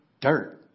dirt